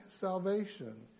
salvation